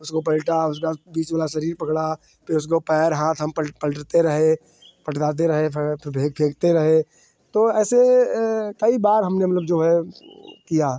उसको पलटा उसका बीच वाला शरीर पकड़ा फ़िर उसको पैर हाथ हम पल पलटते रहे पलटाते रहे फेंकते रहे तो ऐसे कई बार हमने मतलब जो है वह किया